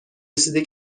رسیده